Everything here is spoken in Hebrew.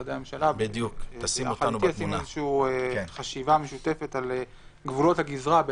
משרדי הממשלה חשיבה משותפת על גבולות הגזרה,